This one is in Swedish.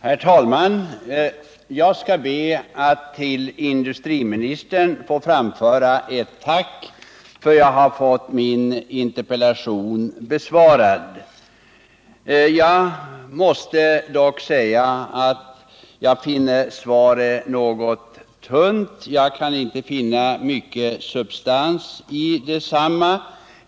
Herr talman! Jag ber att till industriministern få framföra ett tack för att jag har fått min interpellation besvarad. Jag måste dock säga att jag finner svaret något tunt - jag kan inte hitta mycken substans i det.